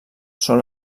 són